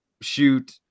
shoot